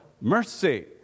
mercy